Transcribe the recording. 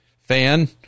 fan